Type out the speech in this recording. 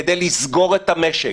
כדי לסגור את המשק,